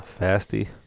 Fasty